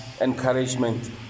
encouragement